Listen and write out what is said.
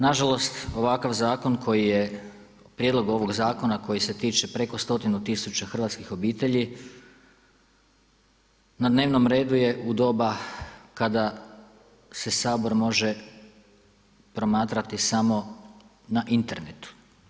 Na žalost ovakav zakon koji je, prijedlog ovoga zakona koji se tiče preko 100-tinu tisuća hrvatskih obitelji na dnevnom redu je u doba kada se Sabor može promatrati samo na internetu.